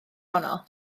honno